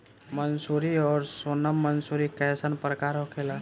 मंसूरी और सोनम मंसूरी कैसन प्रकार होखे ला?